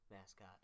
mascot